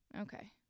Okay